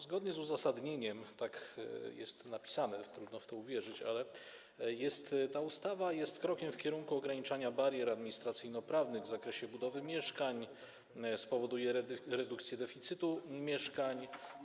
Zgodnie z uzasadnieniem - tak jest napisane, trudno w to uwierzyć - ta ustawa jest krokiem w kierunku ograniczania barier administracyjno-prawnych w zakresie budowy mieszkań, spowoduje redukcję deficytu mieszkań.